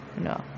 no